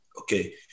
okay